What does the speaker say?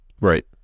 Right